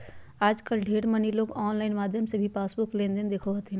आजकल ढेर मनी लोग आनलाइन माध्यम से ही पासबुक लेनदेन देखो हथिन